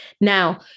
Now